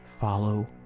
Follow